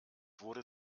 wurde